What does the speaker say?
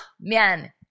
man